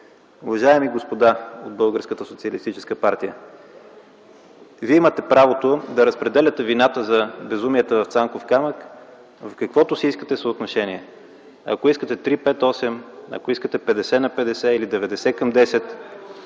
социалистическа партия, вие имате правото да разпределяте вината за безумията в „Цанков камък” в каквото си искате съотношение - ако искате 3:5:8, ако искате 50 на 50 или 90 към 10